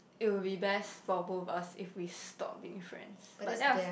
it would be best for both of us if we stop being friends but that was